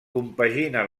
compagina